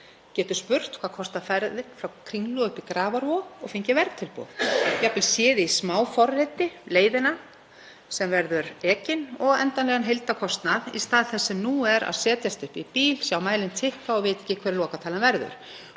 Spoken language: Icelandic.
geta spurt: Hvað kostar ferðin frá Kringlu upp í Grafarvog? — og fengið verðtilboð, jafnvel séð í smáforriti leiðina sem verður ekin og endanlegan heildarkostnað í stað þess sem nú er, að setjast upp í bíl, sjá mælinn tikka og vita ekki hver lokatalan verður.